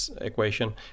equation